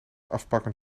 afpakken